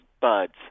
buds